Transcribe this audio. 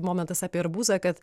momentas apie arbūzą kad